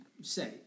say